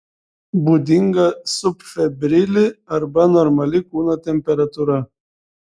būdinga subfebrili arba normali kūno temperatūra